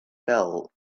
fell